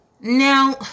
Now